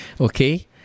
Okay